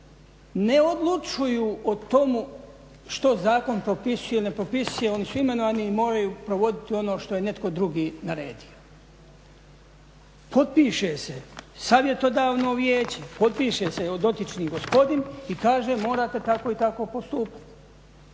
ne odlučuju o tomu što zakon propisuje ili ne propisuje, oni su imenovani i moraju provoditi ono što je netko drugi naredio. Potpiše se savjetodavno vijeće, potpiše se evo dotični gospodin i kaže morate tako i tako postupiti.